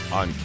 on